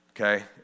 okay